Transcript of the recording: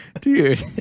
Dude